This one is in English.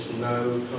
no